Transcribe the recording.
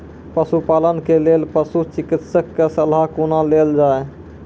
पशुपालन के लेल पशुचिकित्शक कऽ सलाह कुना लेल जाय?